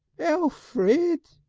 elfrid!